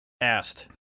asked